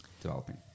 developing